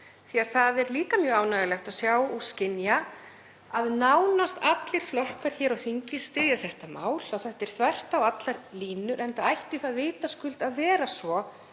því að það er líka mjög ánægjulegt að sjá og skynja að nánast allir flokkar hér á þingi styðja þetta mál, að þetta er þvert á allar línur, enda ætti vitaskuld að vera svo